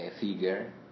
figure